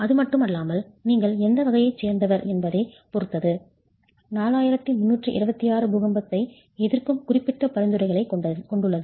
அதுமட்டுமல்லாமல் நீங்கள் எந்த வகையைச் சேர்ந்தவர் என்பதைப் பொறுத்து 4326 பூகம்பத்தை எதிர்க்கும் குறிப்பிட்ட பரிந்துரைகளைக் கொண்டுள்ளது